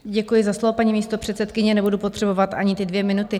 Děkuji za slovo, paní místopředsedkyně, nebudu potřebovat ani ty dvě minuty.